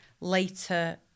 later